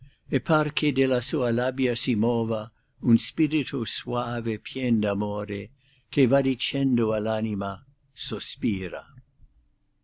par che della sua labbia si muova un spirito soave e pien d amore che va dicendo all anima sospira